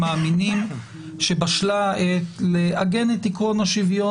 מאמינים שבשלה העת לעגן את עיקרון השוויון